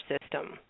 system